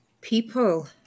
people